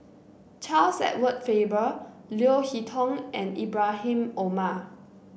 Charles Edward Faber Leo Hee Tong and Ibrahim Omar